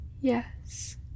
yes